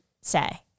say